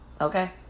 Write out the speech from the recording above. okay